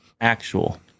actual